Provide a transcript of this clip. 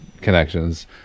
connections